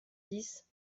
dix